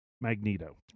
magneto